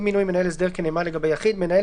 אי-מינוי מנהל הסדר כנאמן לגבי יחיד - מנהל